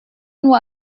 nur